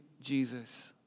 Jesus